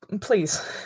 please